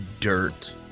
dirt